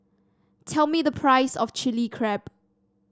tell me the price of Chili Crab